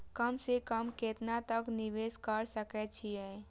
कम से कम केतना तक निवेश कर सके छी ए?